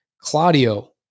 claudio